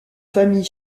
familles